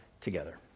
together